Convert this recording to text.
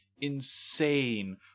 insane